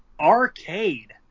Arcade